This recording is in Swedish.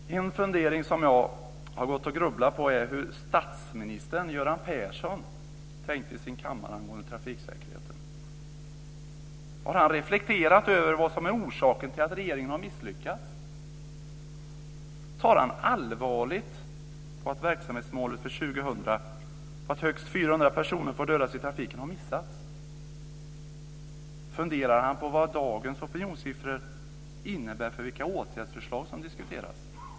Fru talman! En fundering som jag har gäller hur statsminister Göran Persson tänker på sin kammare angående trafiksäkerheten. Har han reflekterat över vad som är orsaken till att regeringen har misslyckats? Tar han allvarligt på att verksamhetsmålet för 2000, att högst 400 personer får dödas i trafiken, har missats? Funderar han på vad dagens opinionssiffror innebär för vilka åtgärdsförslag som diskuteras?